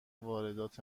واردات